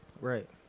Right